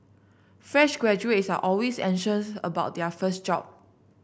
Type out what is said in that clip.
fresh graduates are always anxious about their first job